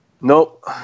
Nope